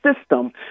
system